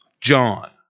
John